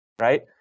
right